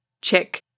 check